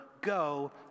go